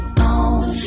on